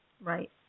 Right